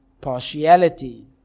partiality